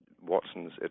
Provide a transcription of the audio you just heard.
Watsons